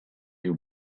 you